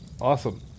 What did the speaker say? awesome